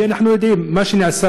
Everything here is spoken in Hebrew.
כי אנחנו יודעים: מה שנעשה,